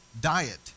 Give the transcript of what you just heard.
diet